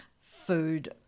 food